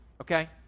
okay